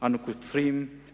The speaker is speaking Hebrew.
אנו קוצרים היום.